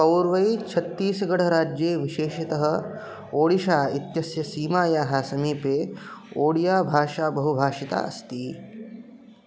पौर्वै छत्तीसगढराज्ये विशेषतः ओडिशा इत्यस्य सीमायाः समीपे ओडियाभाषा बहुभाषिता अस्ति